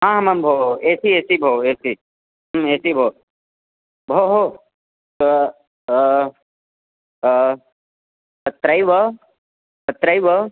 हा हाम् भोः ए सि ए सि भोः ए सि ए सि भोः भोः स तत्रैव तत्रैव